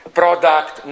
product